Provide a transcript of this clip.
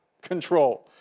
control